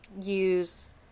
use